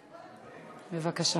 המעט מוזה שהייתה, בבקשה.